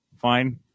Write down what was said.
Fine